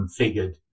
configured